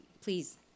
please